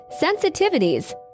sensitivities